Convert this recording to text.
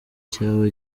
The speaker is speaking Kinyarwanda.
cyaba